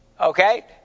okay